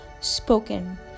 spoken